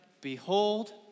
Behold